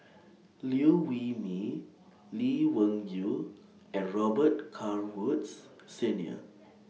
Liew Wee Mee Lee Wung Yew and Robet Carr Woods Senior